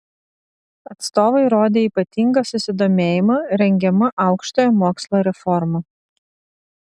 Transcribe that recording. atstovai rodė ypatingą susidomėjimą rengiama aukštojo mokslo reforma